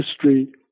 history